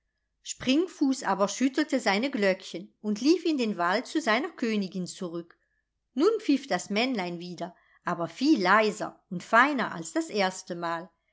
springfuß aber schüttelte seine glöckchen und lief in den wald zu seiner königin zurück nun pfiff das männlein wieder aber viel leiser und feiner als das erste mal